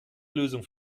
lösung